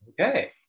okay